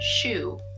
shoe